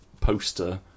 Poster